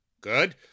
good